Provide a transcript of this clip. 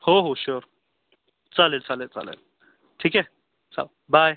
हो हो शुअर चालेल चालेल चालेल ठीक आहे चल बाय